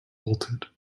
bolted